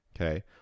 Okay